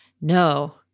No